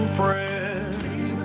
friends